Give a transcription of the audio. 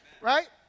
right